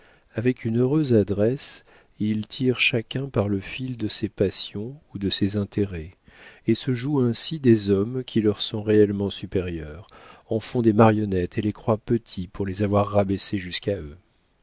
avec une heureuse adresse ils tirent chacun par le fil de ses passions ou de ses intérêts et se jouent ainsi des hommes qui leur sont réellement supérieurs en font des marionnettes et les croient petits pour les avoir rabaissés jusqu'à eux